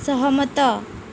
ସହମତ